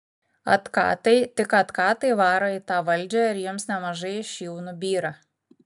atkatai tik atkatai varo į tą valdžią ir jums nemažai iš jų nubyra